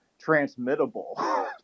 transmittable